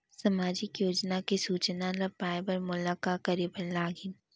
सामाजिक योजना के सूचना ल पाए बर मोला का करे बर लागही?